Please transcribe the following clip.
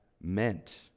meant